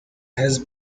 has